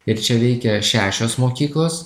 ir čia veikia šešios mokyklos